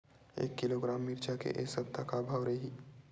एक किलोग्राम मिरचा के ए सप्ता का भाव रहि?